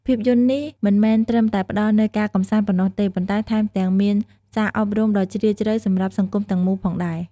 ភាពយន្ត នេះមិនត្រឹមតែផ្តល់នូវការកម្សាន្តប៉ុណ្ណោះទេ ប៉ុន្តែថែមទាំងមានសារអប់រំដ៏ជ្រាលជ្រៅសម្រាប់សង្គមទាំងមូលផងដែរ ។